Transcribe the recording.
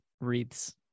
wreaths